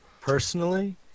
personally